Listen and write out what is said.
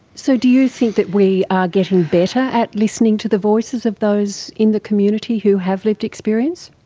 so do you think that we are getting better at listening to the voices of those in the community who have lived experience?